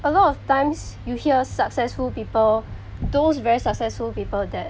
a lot of times you hear successful people those very successful people that